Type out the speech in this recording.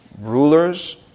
rulers